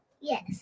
Yes